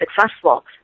successful